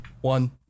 One